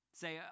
Say